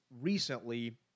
recently –